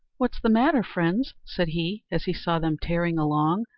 what's the matter, friends? said he, as he saw them tearing along,